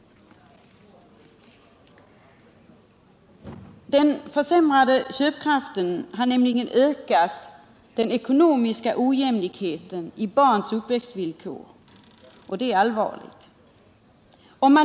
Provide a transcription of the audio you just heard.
Den försämrade köpkraften har ökat den ekonomiska ojämlikheten i barns uppväxtvillkor, och det är allvarligt.